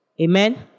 Amen